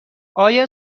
آیا